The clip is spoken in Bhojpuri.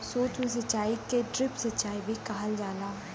सूक्ष्म सिचाई के ड्रिप सिचाई भी कहल जाला